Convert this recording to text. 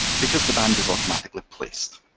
because the band is automatically placed.